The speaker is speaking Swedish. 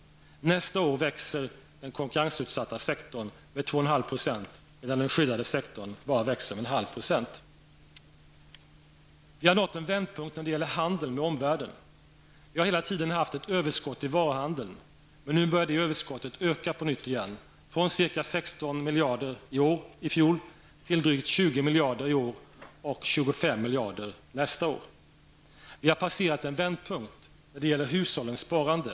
Nästa år växer den konkurrensutsatta sektorn med 2,5 %, medan den skyddade sektorn växer med bara 0,5 %.-- Vi har nått en vändpunkt när det gäller handeln med omvärlden. Vi har hela tiden haft ett överskott i varuhandeln, men nu börjar det överskottet öka på nytt igen -- från ca 16 miljarder kronor i fjol till drygt 20 miljarder i år och 25 miljarder nästa år. -- Vi har passerat en vändpunkt när det gäller hushållens sparande.